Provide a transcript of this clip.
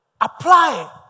apply